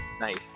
Nice